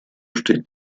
steht